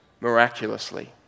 miraculously